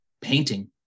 painting